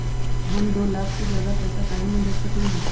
हम दो लाख से ज्यादा पैसा काहे न भेज सकली ह?